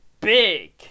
big